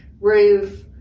roof